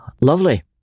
Lovely